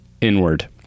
inward